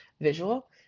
visual